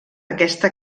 aquesta